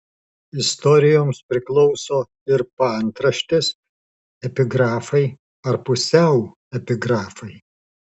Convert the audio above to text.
istorijoms priklauso ir paantraštės epigrafai ar pusiau epigrafai